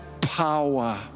power